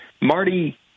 Marty